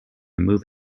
move